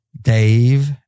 Dave